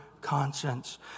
conscience